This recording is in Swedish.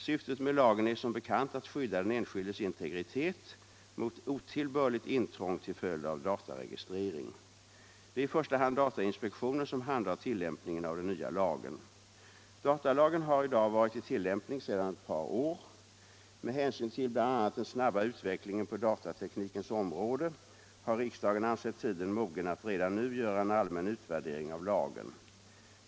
Syftet med lagen är som bekant att skydda den enskildes integritet mot otillbörligt intrång till följd av dataregistrering. Det är i första hand datainspektionen som handhar tillämpningen av den nya lagen. Datalagen har i dag varit i tillämpning sedan ett par år. Med hänsyn till bl.a. den snabba utvecklingen på datateknikens område har riksdagen ansett tiden mogen att redan nu göra en allmän utvärdering av lagen.